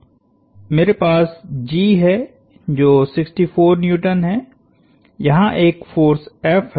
मेरे पास G है जो 64N है यहाँ एक फोर्स F है